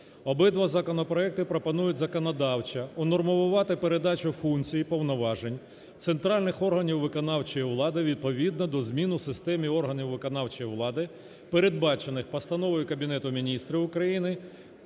Обидва законопроекти пропонують законодавчо унормувати передачу функцій і повноважень центральних органів виконавчої влади відповідно до змін у системі органів виконавчої влади, передбачених Постановою Кабінету Міністрів України